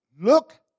Look